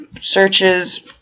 searches